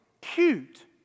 cute